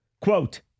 Quote